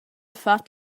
fat